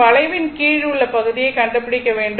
வளைவின் கீழ் உள்ள பகுதியை கண்டுபிடிக்க வேண்டும்